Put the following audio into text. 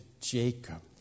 Jacob